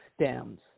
stems